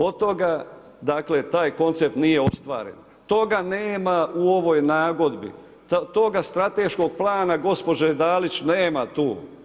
Od toga da dakle, taj koncept nije ostvaren, toga nema u ovoj nagodbi, toga strateškog plana gospođe Dalić nema tu.